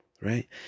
right